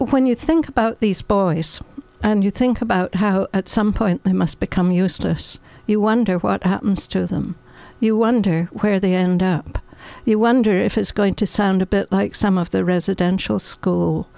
chocolate when you think about these boys and you think about how at some point they must become useless you wonder what happens to them you wonder where they end up you wonder if it's going to sound a bit like some of the residential school